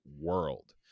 world